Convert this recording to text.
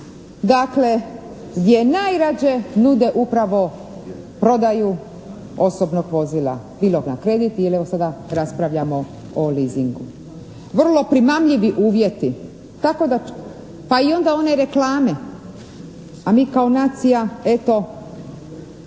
dakle gdje najrađe nude upravo prodaju osobnog vozila bilo na kredit ili evo sada raspravljamo o leasingu. Vrlo primamljivi uvjeti tako da, pa i onda one reklame, a mi kao nacija eto